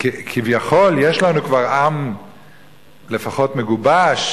כשכביכול יש לנו כבר עם לפחות מגובש,